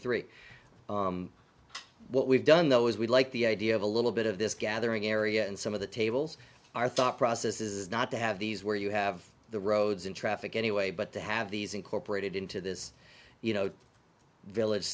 three what we've done though is we like the idea of a little bit of this gathering area and some of the tables our thought process is not to have these where you have the roads and traffic anyway but to have these incorporated into this you know village